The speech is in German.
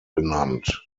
benannt